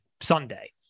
Sunday